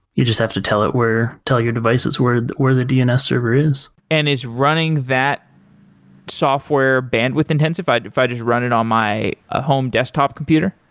you just have to tell it where tell your devices where the where the dns server is and it's running that software bandwidth intensified if i just run it on my ah home desktop computer?